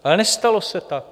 Ale nestalo se tak!